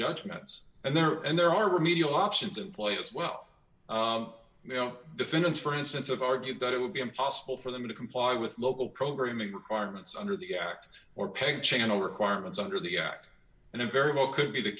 judgments and there and there are remedial options in play as well you know defendants for instance of argued that it would be impossible for them to comply with local programming requirements under the act or pay channel requirements under the act and it very well could be the